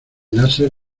láser